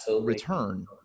return